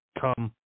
Come